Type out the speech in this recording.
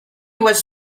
was